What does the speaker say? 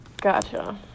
Gotcha